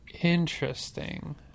Interesting